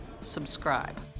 subscribe